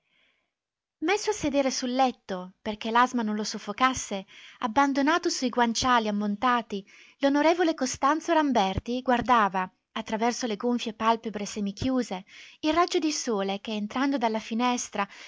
messo a sedere sul letto perché l'asma non lo soffocasse abbandonato su i guanciali ammontati l'on costanzo ramberti guardava attraverso le gonfie palpebre semichiuse il raggio di sole che entrando dalla finestra